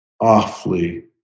awfully